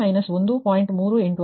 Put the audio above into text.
ಆದ್ದರಿಂದ 0 −1